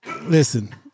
listen